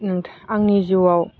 आंनि जिउआव